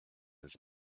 his